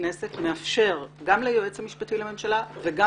הכנסת מאפשר גם ליועץ המשפטי לממשלה וגם